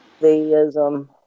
theism